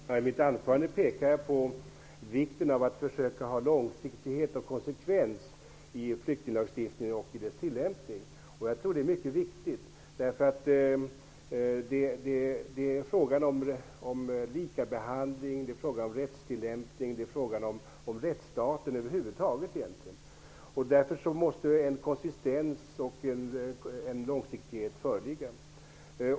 Fru talman! I mitt anförande pekade jag på vikten av att försöka ha långsiktighet och konsekvens i flyktinglagstiftningen och i dess tillämpning. Jag tror att det är mycket viktigt. Det är egentligen en fråga om likabehandling, rättstillämpning och rättsstaten över huvud taget. Därför måste det föreligga konsistens och långsiktighet.